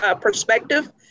perspective